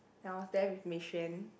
I was there with Mei Xuan